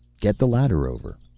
get the ladder over.